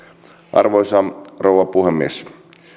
arvoisa rouva puhemies